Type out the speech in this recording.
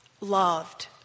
loved